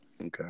Okay